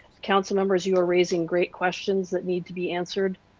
council members, you are raising great questions that need to be answered.